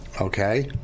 Okay